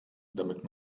damit